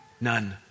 None